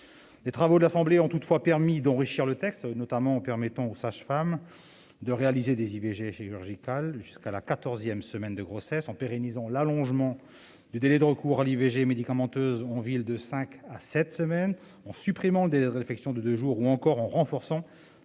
Les travaux de l'Assemblée nationale ont toutefois enrichi le présent texte, notamment en permettant aux sages-femmes de réaliser des IVG chirurgicales jusqu'à la quatorzième semaine de grossesse ; en pérennisant l'allongement du délai de recours à l'IVG médicamenteuse en ville de cinq à sept semaines ; en supprimant le délai de réflexion de deux jours ; ou encore en renforçant l'effectivité des